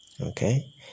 Okay